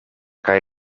kaj